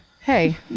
Hey